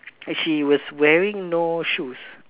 and she was wearing no shoes